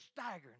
staggering